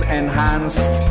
enhanced